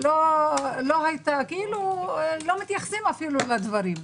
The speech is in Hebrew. לא מתייחסים אפילו לדברים.